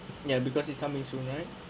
ya because is coming soon right